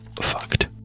fucked